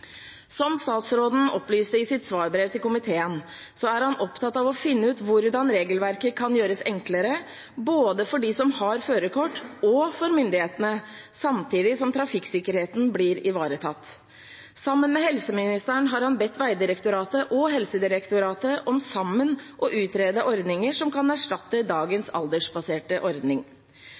Som statsråden opplyste i sitt svarbrev til komiteen, er han opptatt av å finne ut hvordan regelverket kan gjøres enklere, både for dem som har førerkort, og for myndighetene, samtidig som trafikksikkerheten blir ivaretatt. Sammen med helseministeren har han bedt Vegdirektoratet og Helsedirektoratet om sammen å utrede ordninger som kan erstatte dagens aldersbaserte ordning.